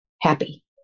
happy